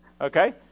Okay